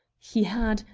he had,